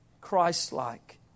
Christ-like